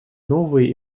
новые